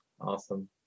Awesome